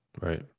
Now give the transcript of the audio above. Right